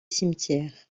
cimetière